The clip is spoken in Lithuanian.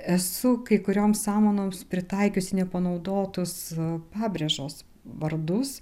esu kai kurioms samanoms pritaikiusi nepanaudotus pabrėžos vardus